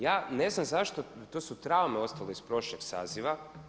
Ja ne znam zašto, to su traume ostale iz prošlog saziva.